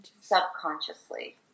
subconsciously